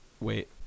Wait